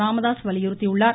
ராமதாஸ் வலியுறுத்தியுள்ளார்